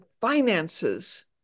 finances